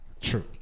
true